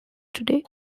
today